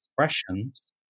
expressions